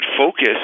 focus